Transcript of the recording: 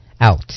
out